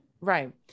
right